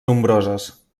nombroses